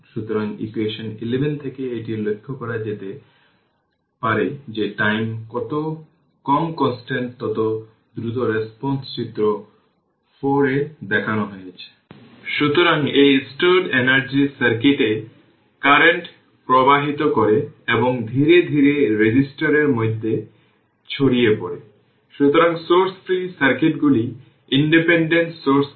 সুতরাং ইকুয়েশন 11 থেকে এটি লক্ষ্য করা যায় যে টাইম যত কম কনস্ট্যান্ট তত দ্রুত রেসপন্স চিত্র 4 এ দেখানো হয়েছে